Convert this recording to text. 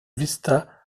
vista